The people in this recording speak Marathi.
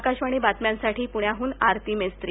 आकाशवाणी बातम्यांसाठी प्ण्याहन आरती मेस्त्री